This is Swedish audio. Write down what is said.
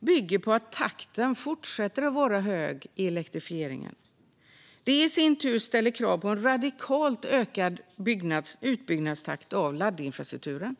bygger på att takten i elektrifieringen fortsätter att vara hög. Det i sin tur ställer krav på en radikalt ökad utbyggnadstakt i fråga om laddinfrastrukturen.